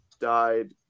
died